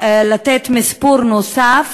לתת מספור נוסף